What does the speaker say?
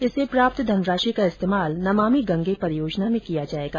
इससे प्राप्त धनराशि का इस्तेमाल नमामि गंगे परियोजना में किया जायेगा